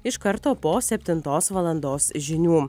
iš karto po septintos valandos žinių